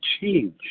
change